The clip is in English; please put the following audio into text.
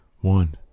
One